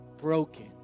broken